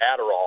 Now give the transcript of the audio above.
Adderall